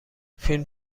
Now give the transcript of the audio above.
فیلم